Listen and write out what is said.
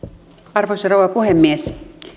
arvoisa rouva puhemies